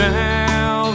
now